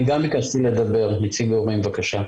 אני גם ביקשתי לדבר, נציג ההורים, בבקשה.